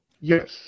Yes